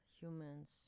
humans